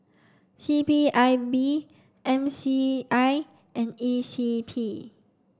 C P I B N C I and E C P